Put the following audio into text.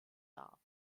dar